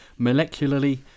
molecularly